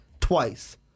Twice